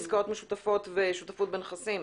עסקאות משותפות ושותפות בנכסים.